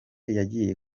yagiye